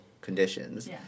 conditions